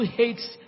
hates